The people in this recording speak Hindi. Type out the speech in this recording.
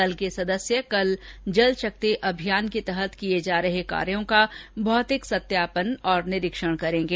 दल के सदस्य कल जल शक्ति अभियान के तहत किए जा रहे कार्यों का भौतिक सत्यापन और निरीक्षण करेंगे